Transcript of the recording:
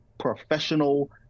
professional